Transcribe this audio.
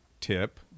tip